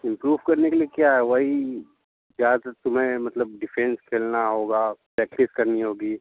improve करने के लिए क्या है वही ज़्यादातर तुम्हें मतलब डिफेंस खेलना होगा प्रैक्टिस करनी होगी